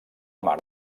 mar